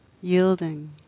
yielding